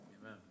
Amen